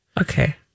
Okay